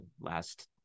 last